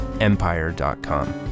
empire.com